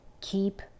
Keep